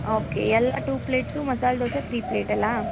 okay ಎಲ್ಲ two plates masala dosa three plate ಅಲ್ವಾ